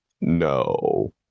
no